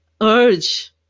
urge